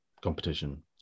competition